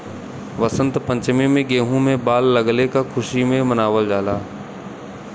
वसंत पंचमी में गेंहू में बाल लगले क खुशी में मनावल जाला